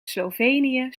slovenië